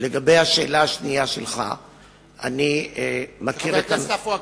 לגבי השאלה השנייה שלך, של חבר הכנסת עפו אגבאריה.